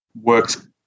Works